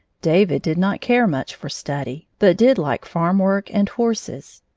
david did not care much for study, but did like farm work and horses.